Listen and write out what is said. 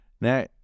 Now